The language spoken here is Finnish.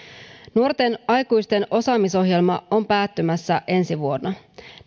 nuorten aikuisten osaamisohjelma on päättymässä ensi vuonna